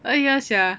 ah ya sia